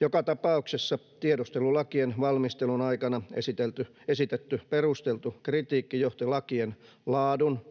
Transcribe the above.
Joka tapauksessa tiedustelulakien valmistelun aikana esitetty perusteltu kritiikki johti lakien laadun,